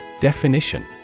Definition